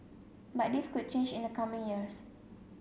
but this could change in the coming years